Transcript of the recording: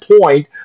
point